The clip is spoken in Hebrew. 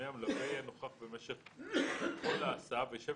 המלווה יהיה נוכח במשך כל ההסעה וישב